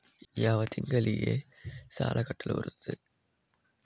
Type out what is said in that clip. ಯಾವ ತಿಂಗಳಿಗೆ ಸಾಲ ಕಟ್ಟಲು ಬರುತ್ತದೆ?